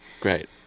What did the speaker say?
Great